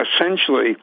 essentially